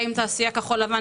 האם תעשייה כחול לבן